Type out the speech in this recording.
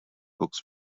books